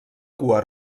cua